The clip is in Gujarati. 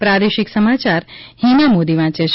પ્રાદેશિક સમાચાર હિના મોદી વાંચે છે